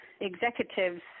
executives